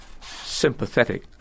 sympathetic